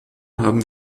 haben